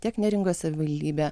tiek neringos savivaldybė